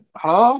Hello